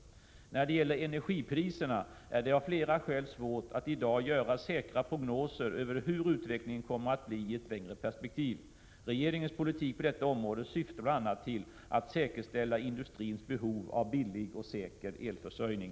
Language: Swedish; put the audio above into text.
När det gäller energipriserna är det av flera skäl svårt att i dag göra säkra prognoser över hur utvecklingen kommer att bli i ett längre perspektiv. Regeringens politik på detta område syftar bl.a. till att säkerställa industrins behov av billig och säker elförsörjning.